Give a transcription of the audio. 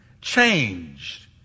changed